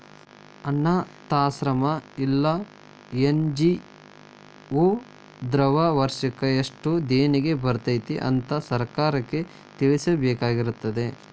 ಅನ್ನಾಥಾಶ್ರಮ್ಮಾ ಇಲ್ಲಾ ಎನ್.ಜಿ.ಒ ದವ್ರು ವರ್ಷಕ್ ಯೆಸ್ಟ್ ದೇಣಿಗಿ ಬರ್ತೇತಿ ಅಂತ್ ಸರ್ಕಾರಕ್ಕ್ ತಿಳ್ಸಬೇಕಾಗಿರ್ತದ